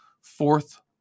fourth